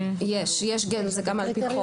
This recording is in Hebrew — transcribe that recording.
יש, זה גם הגבלה על-פי חוק.